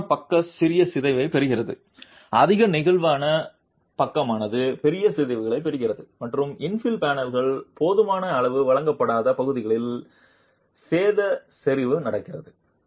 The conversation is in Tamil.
கடினமான பக்கம் சிறிய சிதைவைப் பெறுகிறது அதிக நெகிழ்வான பக்கமானது பெரிய சிதைவுகளைப் பெறுகிறது மற்றும் இன்ஃபில் பேனல்கள் போதுமான அளவு வழங்கப்படாத பகுதிகளில் சேத செறிவு நடக்கிறது